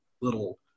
little